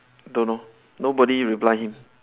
don't know nobody reply him